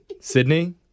Sydney